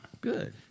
Good